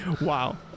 Wow